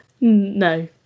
no